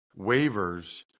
waivers